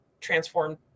transform